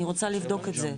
אני רוצה לבדוק את זה,